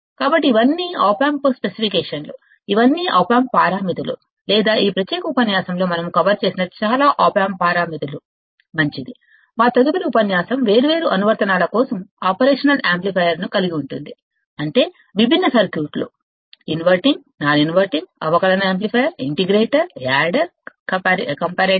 కాబట్టి ఇవన్నీఆప్ ఆంప్ స్పెసిఫికేషన్లు ఇవన్నీఆప్ ఆంప్ పారామితులు లేదా ఈ ప్రత్యేక ఉపన్యాసంలో మనం కవర్ చేసిన చాలా ఆప్ ఆంప్ పారామితులు మంచిది మా తదుపరి ఉపన్యాసం వేర్వేరు అనువర్తనాల కోసం ఆపరేషనల్ యాంప్లిఫైయర్ను కలిగి ఉంటుంది అంటే విభిన్న సర్క్యూట్లు ఇన్వర్టింగ్ నాన్ ఇన్వర్టింగ్ అవకలన యాంప్లిఫైయర్ ఇంటిగ్రేటర్ యాడర్ కంపరేటర్